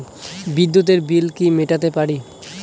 বিদ্যুতের বিল কি মেটাতে পারি?